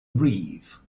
reeve